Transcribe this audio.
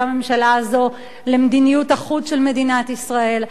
הממשלה הזאת למדיניות החוץ של מדינת ישראל.